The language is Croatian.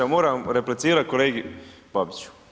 A moram replicirati kolegi Babiću.